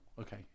okay